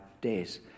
days